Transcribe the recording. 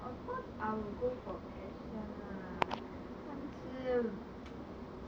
of course I'll go for passion lah 但是